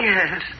Yes